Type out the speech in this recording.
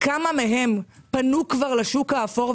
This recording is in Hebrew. וכמה מהם פנו כבר לשוק האפור.